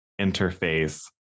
interface